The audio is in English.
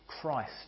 Christ